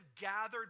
gathered